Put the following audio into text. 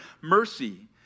mercy